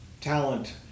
talent